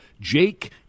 Jake